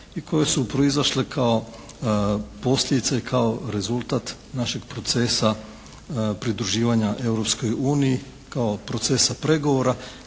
i koje su proizašle kao posljedice, kao rezultat našeg procesa pridruživanja Europskoj uniji kao procesa pregovora